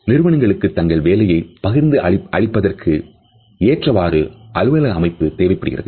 நிறுவனங்களுக்கு தங்கள் வேலைகளை பகிர்ந்து அளிப்பதற்கு ஏற்றவாறு அலுவலக அமைப்பு தேவைப்படுகிறது